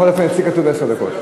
בכל אופן, אצלי כתוב עשר דקות.